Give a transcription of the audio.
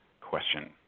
question